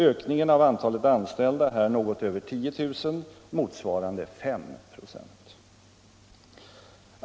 Ökningen av antalet anställda är något över 10 000, motsvarande 5 96.